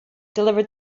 delivered